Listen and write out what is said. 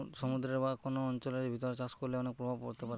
সমুদ্রের বা সাগরের কোন অঞ্চলের ভিতর চাষ করলে অনেক প্রভাব হতে পারে